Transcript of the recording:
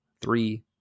three